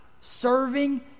serving